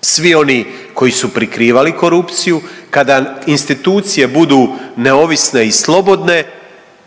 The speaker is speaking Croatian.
svi oni koji su prikrivali korupciju, kada institucije budu neovisne i slobodne